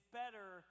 better